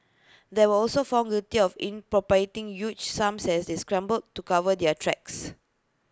they were also found guilty of in appropriating huge sums as they scrambled to cover their tracks